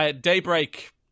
Daybreak